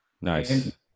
Nice